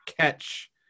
catch